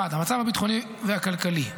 המצב הביטחוני והכלכלי: